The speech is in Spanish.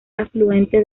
afluente